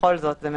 בכל זאת זה ממשלה.